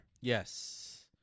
Yes